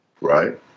right